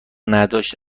نداشت